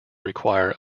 require